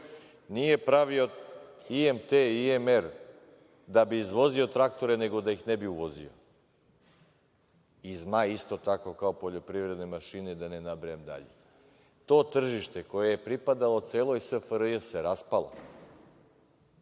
nije pravimo IMT i IMR da bi izvozio traktore, nego da ih ne bi uvozio, i „Zmaj“ isto tako kao poljoprivredne mašine, da ne nabrajam dalje. To tržište koje je pripadalo celoj SFRJ se raspalo.